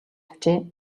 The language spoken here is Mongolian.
авчээ